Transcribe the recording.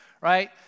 right